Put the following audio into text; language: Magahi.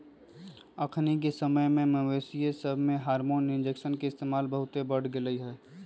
अखनिके समय में मवेशिय सभमें हार्मोन इंजेक्शन के इस्तेमाल बहुते बढ़ गेलइ ह